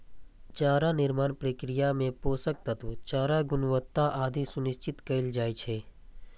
चारा निर्माण प्रक्रिया मे पोषक तत्व, चाराक गुणवत्ता आदि सुनिश्चित कैल जाइ छै